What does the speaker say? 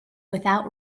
without